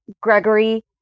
Gregory